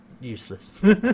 useless